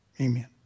Amen